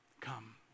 Come